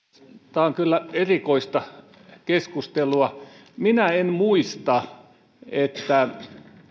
tämä on kyllä erikoista keskustelua minä en en muista että